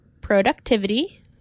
productivity